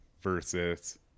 versus